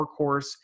workhorse